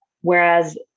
Whereas